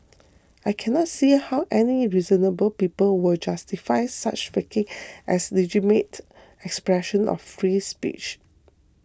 I cannot see how any reasonable people will justify such faking as legitimate expression of free speech